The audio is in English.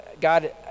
God